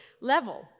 level